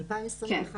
כן.